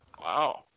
Wow